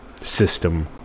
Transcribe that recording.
system